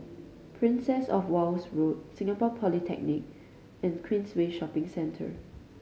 Princess Of Wales Road Singapore Polytechnic and Queensway Shopping Centre